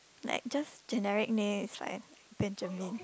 like just generic name is like Benjamin